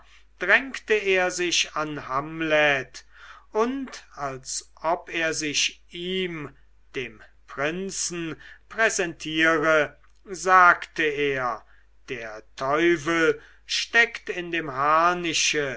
drängte er sich an hamlet und als ob er sich ihm dem prinzen präsentiere sagte er der teufel steckt in dem